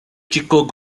chico